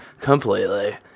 completely